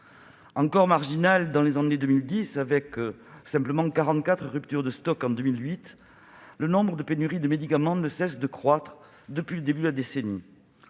Encore marginal avant les années 2010, avec seulement 44 ruptures de stock en 2008, le nombre de pénuries de médicaments ne cesse de croître depuis le début de la décennie.